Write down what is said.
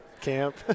camp